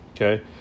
Okay